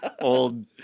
old